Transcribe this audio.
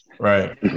Right